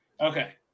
Okay